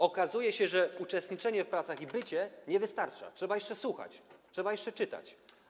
Okazuje się, że bycie, uczestniczenie w pracach nie wystarcza, trzeba jeszcze słuchać, trzeba jeszcze czytać.